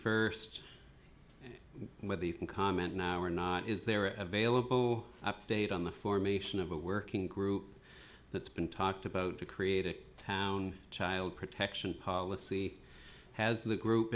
first whether you can comment now or not is there of vailable update on the formation of a working group that's been talked about to create a town child protection policy has the group